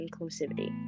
inclusivity